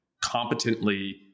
competently